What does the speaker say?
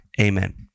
amen